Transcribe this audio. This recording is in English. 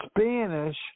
Spanish